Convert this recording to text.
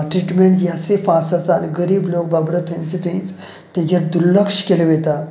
treatment जी आस् फास आसा आनी गरीब लोक बाबडो थंचे थंयच तेंचेर दुर्लक्ष केलें वयतां